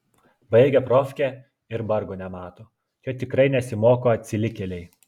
baigia profkę ir vargo nemato čia tikrai nesimoko atsilikėliai